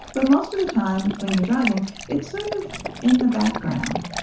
but most of the time when you're driving, it's sort of in the background.